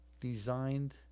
designed